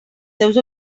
seus